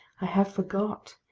i have forgot,